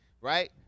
Right